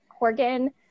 Corgan